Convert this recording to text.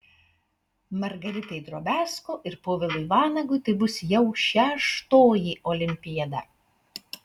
margaritai drobiazko ir povilui vanagui tai bus jau šeštoji olimpiada